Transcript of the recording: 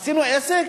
עשינו עסק?